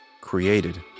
Created